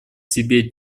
себе